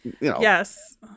Yes